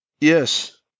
Yes